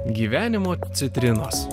gyvenimo citrinos